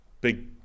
Big –